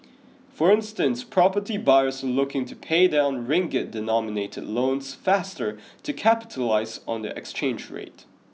for instance property buyers are looking to pay down ring git denominated loans faster to capitalise on the exchange rate